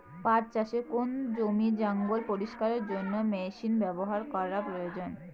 পাট চাষে কোন ধরনের জমির জঞ্জাল পরিষ্কারের জন্য মেশিন ব্যবহার করা প্রয়োজন?